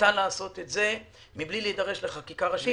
ניתן לעשות את זה בלי להידרש לחקיקה ראשית,